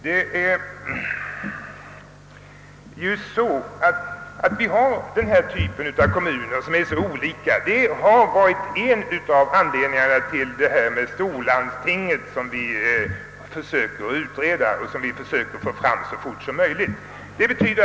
Men vi har denna typ av kommuner som är så olika övriga kommuner i landet, och det har varit en av orsakerna till att vi velat skapa ett storlandsting, en fråga som vi nu håller på att utreda för att så fort som möjligt komma fram till ett resultat på den punkten.